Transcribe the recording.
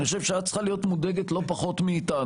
אני חושב שאת צריכה להיות מודאגת לא פחות מאיתנו.